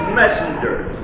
messengers